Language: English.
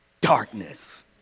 darkness